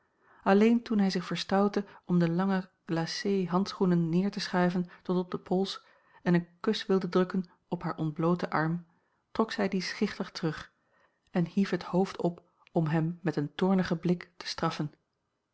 alleen toen hij zich verstoutte om de lange glacé handschoenen neer te schuiven tot op den pols en een kus wilde drukken op haar ontblooten arm trok zij dien schichtig terug en hief het hoofd op om hem met een toornigen blik te straffen